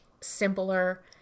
simpler